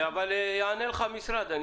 אבל יענה לך המשרד.